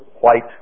white